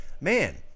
man